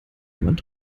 jemand